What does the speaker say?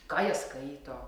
ką jie skaito